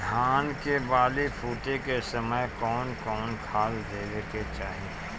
धान के बाली फुटे के समय कउन कउन खाद देवे के चाही?